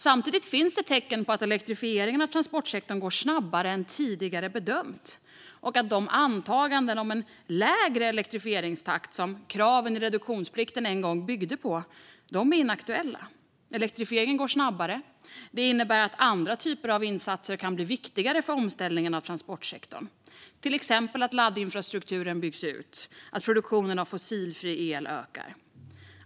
Samtidigt finns det tecken på att elektrifieringen av transportsektorn går snabbare än tidigare bedömt och att de antaganden om en lägre elektrifieringstakt som kraven i reduktionsplikten bygger på är inaktuella. Elektrifieringen går snabbare. Det innebär att andra typer av insatser kan bli viktigare för omställningen av transportsektorn, till exempel att laddinfrastrukturen byggs ut och att produktionen av fossilfri el ökar.